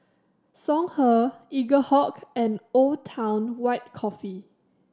Songhe Eaglehawk and Old Town White Coffee